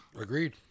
Agreed